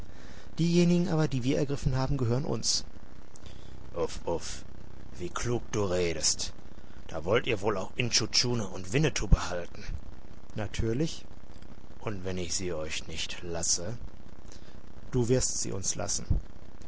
diejenigen aber die wir ergriffen haben gehören uns uff uff wie klug du redest da wollt ihr wohl auch intschu tschuna und winnetou behalten natürlich und wenn ich sie euch nicht lasse du wirst sie uns lassen